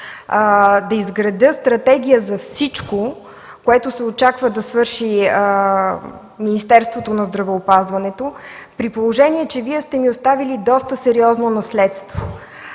да изградя стратегия за всичко, което се очаква да свърши Министерството на здравеопазването при положение, че Вие сте ни оставили доста сериозно наследство,